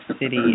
City